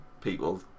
people